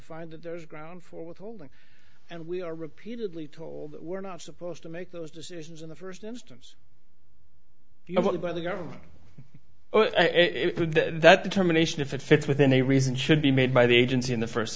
find that there's grounds for withholding and we are repeatedly told we're not supposed to make those decisions in the first instance you know what by the government if that determination if it fits within a reason should be made by the agency in the first